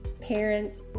parents